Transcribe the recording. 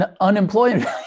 unemployment